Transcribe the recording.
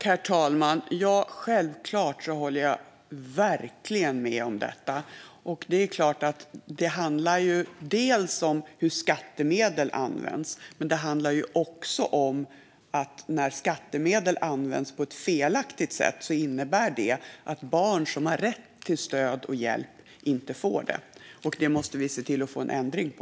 Herr talman! Självklart håller jag med om detta. Det handlar om hur skattemedel används. Det handlar också om att barn som har rätt till stöd och hjälp inte får det när skattemedel används på ett felaktigt sätt. Det måste vi se till att få en ändring på.